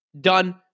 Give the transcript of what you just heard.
done